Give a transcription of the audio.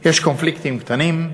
יש קונפליקטים קטנים,